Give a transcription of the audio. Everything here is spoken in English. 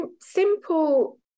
simple